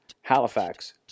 Halifax